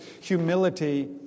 humility